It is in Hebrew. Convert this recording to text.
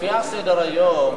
לפי סדר-היום,